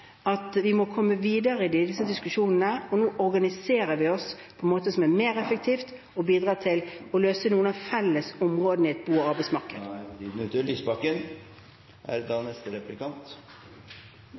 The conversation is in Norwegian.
at vi må komme videre i disse diskusjonene, og nå organiserer vi oss på en måte som er mer effektiv og bidrar til å løse noen av de felles områdene i et bo- og arbeidsmarked.